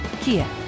Kia